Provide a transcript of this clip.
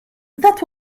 that